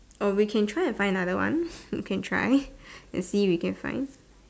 oh we can try to find another one we can try and see we can find